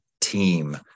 team